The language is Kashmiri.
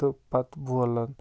تہٕ پَتہٕ بولَن